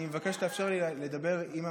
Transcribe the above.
אני מבקש שתאפשר לי לדבר עם הבנדנה.